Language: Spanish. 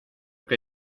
que